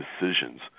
decisions